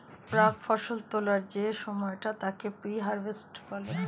প্রাক্ ফসল তোলার যে সময়টা তাকে প্রি হারভেস্ট বলে